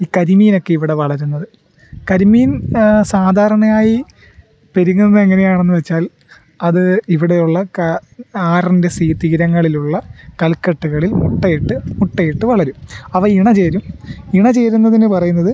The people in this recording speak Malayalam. ഈ കരിമീനൊക്കെ ഇവിടെ വളരുന്നത് കരിമീൻ സാധാരണയായി പെരുകുന്നത് എങ്ങനെയാണെന്നു വെച്ചാൽ അത് ഇവിടെയുള്ള ആറിൻ്റെ തീരങ്ങളിലുള്ള കൽക്കെട്ടുകളിൽ മുട്ടയിട്ട് മുട്ടയിട്ട് വളരും അവ ഇണചേരും ഇണ ചേരുന്നതിന് പറയുന്നത്